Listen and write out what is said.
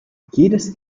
jedes